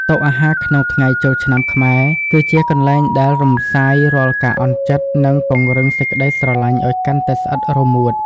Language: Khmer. តុអាហារក្នុងថ្ងៃចូលឆ្នាំខ្មែរ គឺជាកន្លែងដែលរំសាយរាល់ការអន់ចិត្ត និងពង្រឹងសេចក្ដីស្រឡាញ់ឱ្យកាន់តែស្អិតរមួត។